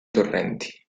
torrenti